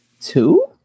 two